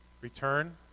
Return